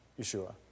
Yeshua